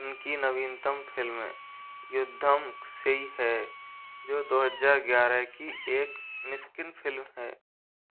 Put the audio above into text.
उनकी नवीनतम फिल्म युद्धम सेई है जो दो हजार ग्यारह की एक मिस्किन फिल्म है